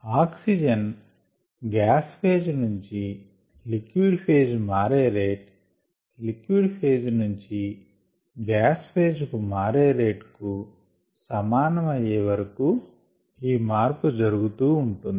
oxygen gas phase నుంచి liquid phase మారే rate liquid phase నుంచి గ్యాస్ ఫెజ్ కు మారే రేట్ కు సమానమయ్యే వరకు ఈ మార్పు జరుగుతూ ఉంటుంది